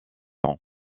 ans